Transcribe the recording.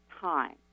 time